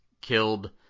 killed